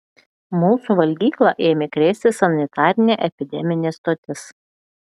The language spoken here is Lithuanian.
mūsų valgyklą ėmė krėsti sanitarinė epideminė stotis